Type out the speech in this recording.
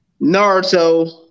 Naruto